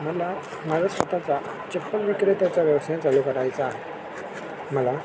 मला माझ्या स्वतःचा चप्पल विक्रेत्याचा व्यवसाय चालू करायचा आहे मला